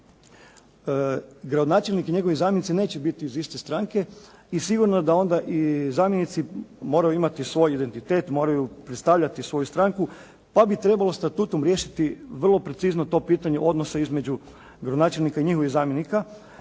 gradonačelnik i njegovi zamjenici neće biti iz iste stranke i sigurno da onda i zamjenici moraju imati svoj identitet, moraju predstavljati svoju stranku pa bi trebalo statutom riješiti vrlo precizno to pitanje odnosa između gradonačelnika i njihovih zamjenika.